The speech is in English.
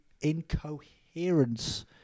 incoherence